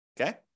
Okay